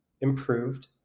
improved